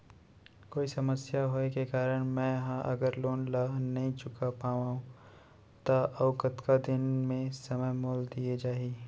कोई समस्या होये के कारण मैं हा अगर लोन ला नही चुका पाहव त अऊ कतका दिन में समय मोल दीये जाही?